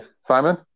Simon